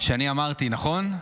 שאני אמרתי, נכון?